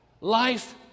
Life